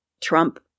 Trump